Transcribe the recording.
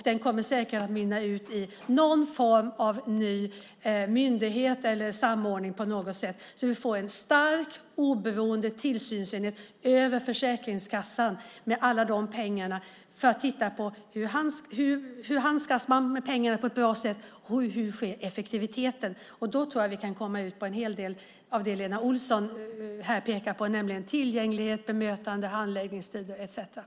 Den kommer säkert att mynna ut i någon form av ny myndighet eller samordning på något sätt, så att vi får en stark oberoende tillsynsenhet över Försäkringskassan, med alla de pengarna. Den ska då titta på: Hur handskas man med pengarna på ett bra sätt? Hur är det med effektiviteten? Då tror jag att vi kan komma in på en hel del av det som Lena Olsson pekar på, nämligen tillgänglighet, bemötande, handläggningstider etcetera.